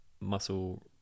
muscle